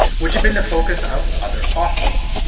which had been the focus of other authors.